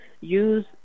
use